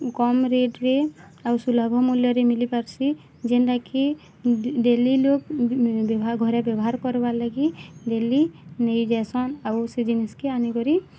କମ୍ ରେଟ୍ରେ ଆଉ ସୁଲଭ ମୂଲ୍ୟରେ ମିଲିପାରଛି ଯେନ୍ଟାକି ଡ଼େଲୀ ଲୁକ୍ ବିଭାଘରେ ବ୍ୟବହାର୍ କର୍ବା ଲାଗି ଡ଼େଲୀ ନେଇଯାଇସନ୍ ଆଉ ସେ ଜିନିଷ୍ କେ ଆନିକରି